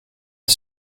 ils